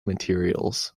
materials